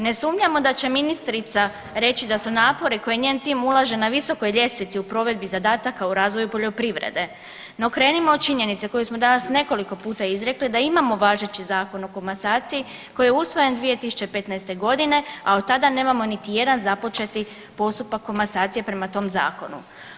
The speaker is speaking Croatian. Ne sumnjamo da će ministrica reći da su napori koje njen tim ulaže na visokoj ljestvici u provedbi zadataka u razvoju poljoprivrede, no krenimo od činjenice koju smo danas nekoliko puta izrekli da imamo važeći Zakon o komasaciji koji je usvojen 2015.g., a od tada nemam niti jedan započeti postupak komasacije prema tom zakonu.